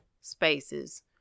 spaces